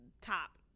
top